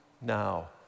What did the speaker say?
now